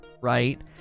Right